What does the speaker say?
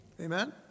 Amen